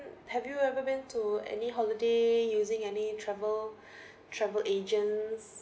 have you ever been to any holiday using any travel travel agents